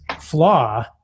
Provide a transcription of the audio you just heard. flaw